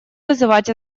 вызвать